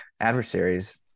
adversaries